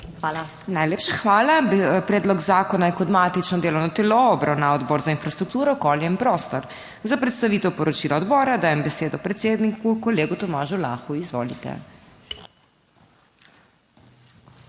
HOT: Najlepša hvala. Predlog zakona je kot matično delovno telo obravnaval Odbor za infrastrukturo, okolje in prostor, Za predstavitev poročila odbora dajem besedo predsedniku, kolegu Tomažu Lahu. Izvolite.